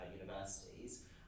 universities